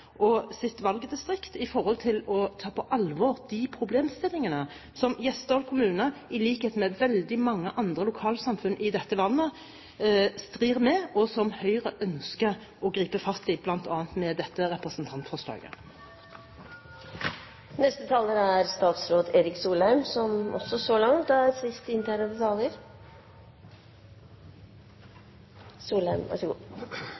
og sitt valgdistrikt og ta på alvor de problemstillingene som Gjesdal kommune, i likhet med veldig mange andre lokalsamfunn i dette landet, strir med, og som Høyre ønsker å gripe fatt i, bl.a. med dette representantforslaget. La meg til slutt si at regjeringen skal komme tilbake til Stortinget med en sak om de såkalte inngrepsfrie naturområdene, så